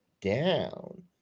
down